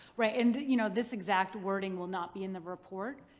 right and you know this exact wording will not be in the report,